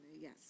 Yes